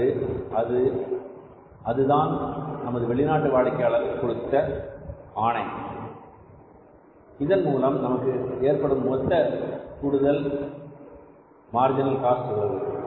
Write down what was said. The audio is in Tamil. அல்லது அது தான் நமது வெளிநாட்டு வாடிக்கையாளர் கொடுத்த ஆணை இதன் மூலம் நமக்கு ஏற்படும் மொத்த கூடுதல் மார்ஜினல் காஸ்ட் எவ்வளவு